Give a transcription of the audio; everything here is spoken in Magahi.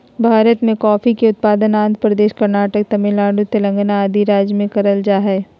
भारत मे कॉफी के उत्पादन आंध्र प्रदेश, कर्नाटक, तमिलनाडु, तेलंगाना आदि राज्य मे करल जा हय